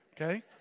Okay